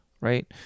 right